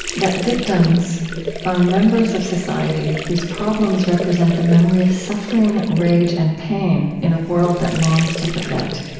that victims are members of society whose problems represent the memory of suffering, rage, and pain in a world that longs to forget.